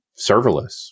serverless